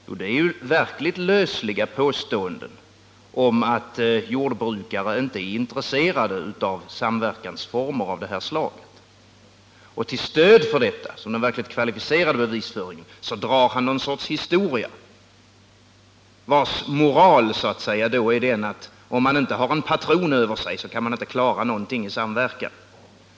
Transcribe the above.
Jo, den består av verkligt lösliga påståenden om att jordbrukare inte är intresserade av samverkansformer av det här slaget. Till stöd för detta och som den verkligt kvalificerade bevisföringen drar han någon sorts historia, vars moral är den att om jordbrukarna inte har en patron över sig, så kan de inte klara någonting i samverkan.